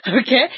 Okay